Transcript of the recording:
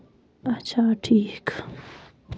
اچھا ٹھیٖک